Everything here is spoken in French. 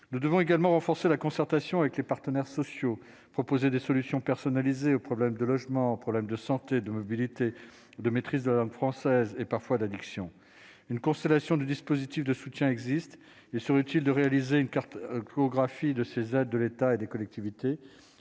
nous devons également renforcer la concertation avec les partenaires sociaux, proposer des solutions personnalisées aux problèmes de logement, problème de santé de mobilité, de maîtrise de la langue française et parfois d'addiction, une constellation de dispositif de soutien existe, il serait utile de réaliser une carte que biographie de ces aides de l'État et des collectivités,